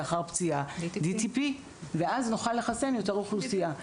DTP לאחר פציעה ואז נוכל לחסן יותר אוכלוסייה.